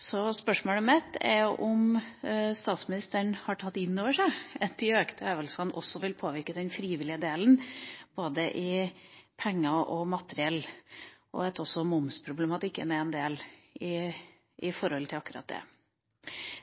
Så spørsmålet mitt er om statsministeren har tatt inn over seg at de økte øvelsene også vil påvirke den frivillige delen, hva gjelder både penger og materiell, og at momsproblematikken også er en del av dette.